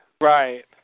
right